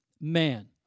man